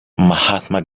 mahatma